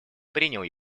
принял